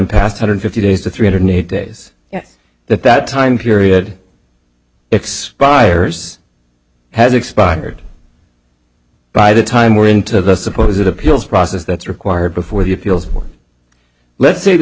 past hundred fifty days to three hundred eighty days yes that that time period expires has expired by the time we're into the suppose it appeals process that's required before the appeals or let's say t